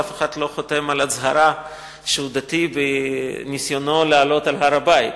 אף אחד לא חותם על הצהרה שהוא דתי בניסיונו לעלות על הר-הבית.